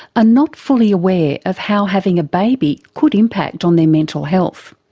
ah not fully aware of how having a baby could impact on their mental health.